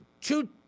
two